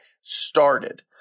started